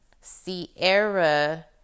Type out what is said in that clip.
Sierra